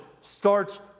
starts